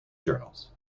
journals